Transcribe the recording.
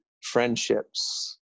friendships